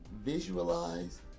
visualize